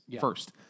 first